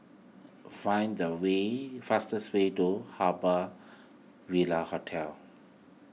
find the way fastest way to Harbour Ville Hotel